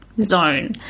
zone